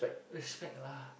respect lah